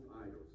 idols